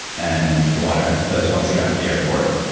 and water. that was once i got to the airport.